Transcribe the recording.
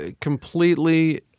completely